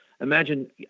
Imagine